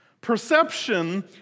Perception